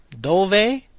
Dove